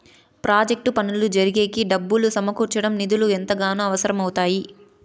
project పనులు జరిగేకి డబ్బులు సమకూర్చడం నిధులు ఎంతగానో అవసరం అవుతాయి